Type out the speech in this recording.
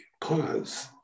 pause